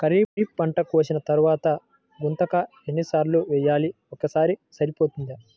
ఖరీఫ్ పంట కోసిన తరువాత గుంతక ఎన్ని సార్లు వేయాలి? ఒక్కసారి సరిపోతుందా?